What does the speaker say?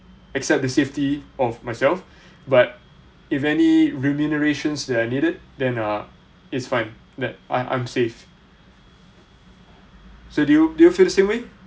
except the safety of myself but if any remunerations that are needed then uh it's fine that I'm I'm safe so do you do you feel the same way